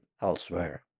elsewhere